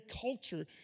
culture